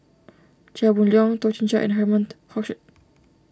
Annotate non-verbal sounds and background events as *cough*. Chia Boon Leong Toh Chin Chye and Herman *unintelligible*